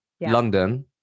london